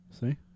See